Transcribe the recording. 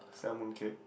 sell mooncake